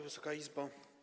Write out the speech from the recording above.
Wysoka Izbo!